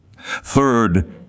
Third